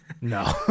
No